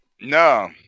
No